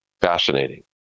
Fascinating